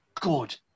good